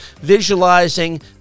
visualizing